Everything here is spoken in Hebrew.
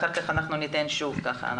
אחר כך נשמע אורח.